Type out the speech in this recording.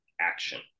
action